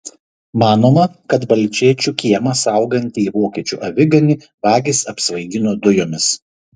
manoma kad balčėčių kiemą saugantį vokiečių aviganį vagys apsvaigino dujomis